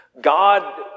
God